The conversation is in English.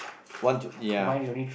want to ya